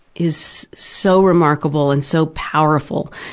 is so remarkable and so powerful,